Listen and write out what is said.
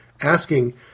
asking